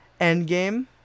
Endgame